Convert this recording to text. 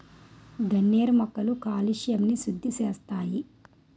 గన్నేరు మొక్కలు కాలుష్యంని సుద్దిసేస్తాయి